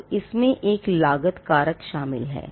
तोइसमें एक लागत कारक शामिल है